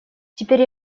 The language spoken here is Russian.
теперь